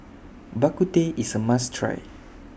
Bak Kut Teh IS A must Try